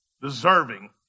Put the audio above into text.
deserving